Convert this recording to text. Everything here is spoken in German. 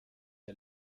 der